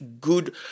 good